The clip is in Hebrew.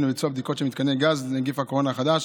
לביצוע בדיקות של מתקני גז (נגיף הקורונה החדש),